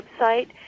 website –